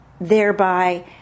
thereby